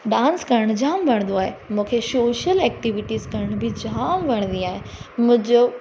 dance करणु जामु वणंदो आहे मूंखे सोशल एक्टिविटीस करणु बि जामु वणंदी आहे मुंहिंजो